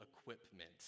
equipment